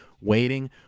waiting